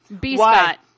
B-spot